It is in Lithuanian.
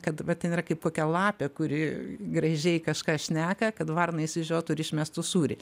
kad vat ten yra kaip kokia lapė kuri gražiai kažką šneka kad varna išsižiotų ir išmestų sūrį